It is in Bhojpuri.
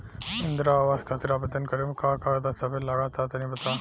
इंद्रा आवास खातिर आवेदन करेम का का दास्तावेज लगा तऽ तनि बता?